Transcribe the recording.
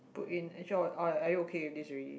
put in actually or are you okay with this already